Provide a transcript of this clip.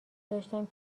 داشتم